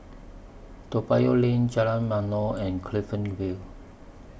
Toa Payoh Lane Jalan Ma'mor and Clifton Vale